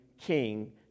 King